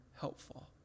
helpful